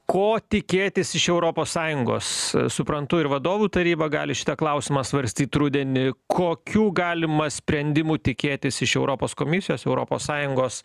ko tikėtis iš europos sąjungos suprantu ir vadovų taryba gali šitą klausimą svarstyti rudenį kokių galima sprendimų tikėtis iš europos komisijos europos sąjungos